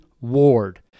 ward